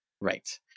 Right